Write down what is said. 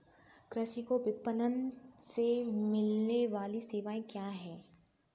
कृषि को विपणन से मिलने वाली सेवाएँ क्या क्या है